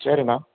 சரி அண்ணா